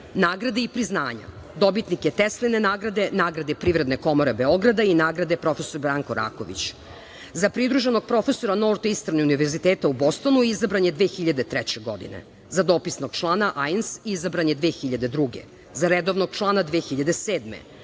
Nagrade i priznanja – dobitnik je Tesline nagrade, nagrade Privredne komore Beograda i nagrade profesor Branko Raković.Za pridruženog profesora NORT institut Univerziteta u Bostonu izabran je 2003. godine. Za dopisnog člana INS izabran je 2002. godine. Za redovnog člana 2007.